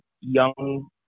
young